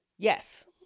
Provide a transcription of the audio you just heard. Yes